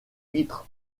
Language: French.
vitres